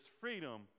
freedom